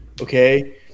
okay